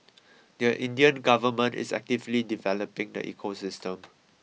the Indian government is actively developing the ecosystem